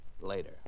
later